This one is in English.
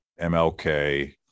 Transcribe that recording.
MLK